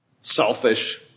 selfish